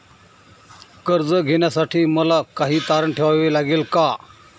कर्ज घेण्यासाठी मला काही तारण ठेवावे लागेल का?